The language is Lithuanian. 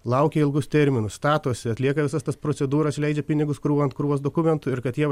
laukia ilgus terminus statosi atlieka visas tas procedūras leidžia pinigus krūvą ant krūvos dokumentų ir kad jie